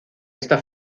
está